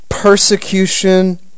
persecution